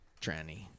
tranny